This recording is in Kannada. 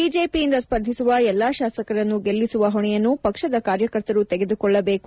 ಬಿಜೆಪಿಯಿಂದ ಸ್ಪರ್ಧಿಸುವ ಎಲ್ಲಾ ಶಾಸಕರನ್ನು ಗೆಲ್ಲಿಸುವ ಹೊಣೆಯನ್ನು ಪಕ್ಷದ ಕಾರ್ಯಕರ್ತರು ತೆಗೆದುಕೊಳ್ಳಬೇಕು